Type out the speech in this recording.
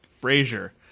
Brazier